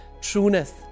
trueness